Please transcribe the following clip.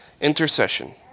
intercession